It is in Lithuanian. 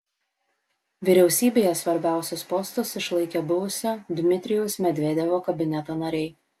vyriausybėje svarbiausius postus išlaikė buvusio dmitrijaus medvedevo kabineto nariai